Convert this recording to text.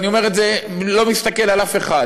ואני אומר את זה ולא מסתכל על אף אחד,